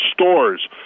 stores